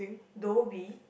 Dhoby